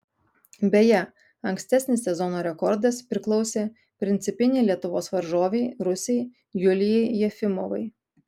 beje ankstesnis sezono rekordas priklausė principinei lietuvės varžovei rusei julijai jefimovai